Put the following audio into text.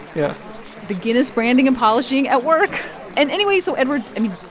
yeah the guinness branding and polishing at work and anyway so eduard, i mean,